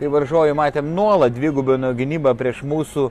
tai varžovai matėm nuolat dvigubino gynybą prieš mūsų